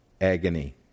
agony